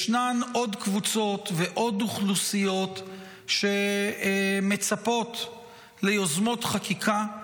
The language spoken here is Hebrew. ישנן עוד קבוצות ועוד אוכלוסיות שמצפות ליוזמות חקיקה.